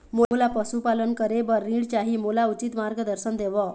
मोला पशुपालन करे बर ऋण चाही, मोला उचित मार्गदर्शन देव?